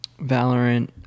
Valorant